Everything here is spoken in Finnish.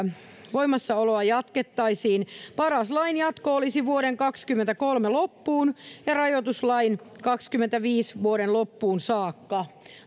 voimassaoloa jatkettaisiin paras lain jatko olisi vuoden kaksikymmentäkolme loppuun ja rajoituslain vuoden kaksikymmentäviisi loppuun saakka